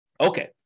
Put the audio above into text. Okay